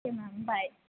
okay ma'am bye